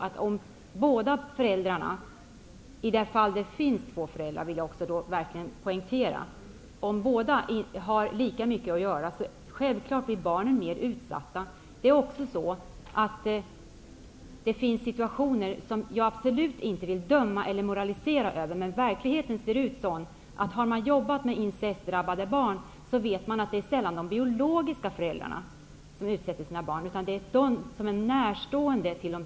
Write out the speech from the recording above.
Om båda föräldrarna -- om det finns två föräldrar, det vill jag verkligen poängtera -- har lika mycket att göra, blir barnen självfallet mer utsatta. Det finns dessutom situationer som jag absolut inte vill döma eller moralisera över. Men verkligheten är den att den som har jobbat med incestdrabbade barn vet att de biologiska föräldrarna sällan utsätter sina barn för incest. I stället är det personer som står nära de biologiska föräldrarna som gör det.